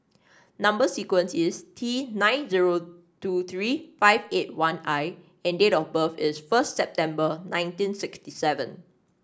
number sequence is T nine zero two three five eight one I and date of birth is first September nineteen sixty seven